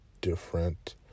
different